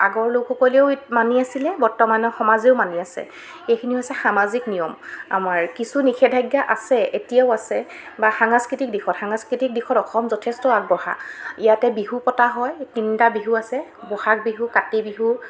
আগৰ লোকসকলেও মানি আছিলে বৰ্তমান সমাজেও মানি আছে এইখিনি হৈছে সামাজিক নিয়ম আমাৰ কিছু নিষেধাজ্ঞা আছে এতিয়াও আছে বা সাংস্কৃতিক দিশত সাংস্কৃতিক দিশত অসম যথেষ্ট আগবঢ়া ইয়াতে বিহু পতা হয় তিনিটা বিহু আছে বহাগ বিহু কাতি বিহু